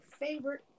favorite